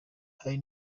hari